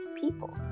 people